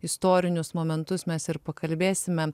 istorinius momentus mes ir pakalbėsime